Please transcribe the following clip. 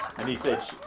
and he said,